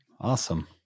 awesome